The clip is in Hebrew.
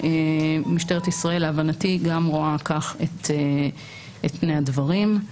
ומשטרת ישראל, להבנתי, גם רואה כך את פני הדברים.